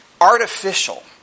artificial